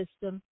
system